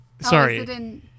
Sorry